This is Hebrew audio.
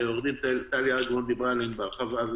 שעורכת-הדין טליה אגמון דיברה עליהן בהרחבה,